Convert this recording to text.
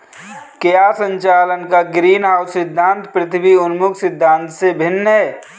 क्या संचालन का ग्रीनहाउस सिद्धांत पृथ्वी उन्मुख सिद्धांत से भिन्न है?